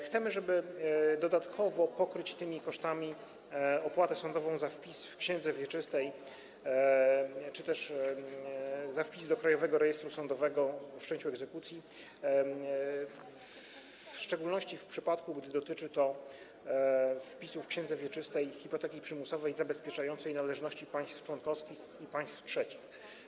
Chcemy, żeby dodatkowo objąć tymi kosztami opłatę sądową za wpis w księdze wieczystej czy też wpis do Krajowego Rejestru Sądowego o wszczęciu egzekucji, w szczególności w przypadku gdy dotyczy to wpisu w księdze wieczystej hipoteki przymusowej zabezpieczającej należności państw członkowskich i państw trzecich.